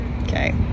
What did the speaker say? Okay